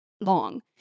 long